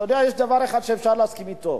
אתה יודע, יש דבר אחד שאפשר להסכים אתו: